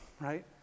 right